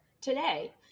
today